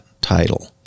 title